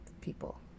people